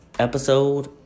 episode